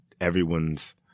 everyone's –